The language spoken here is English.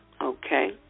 okay